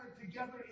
together